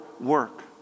work